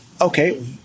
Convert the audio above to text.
Okay